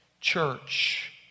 church